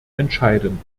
entscheidend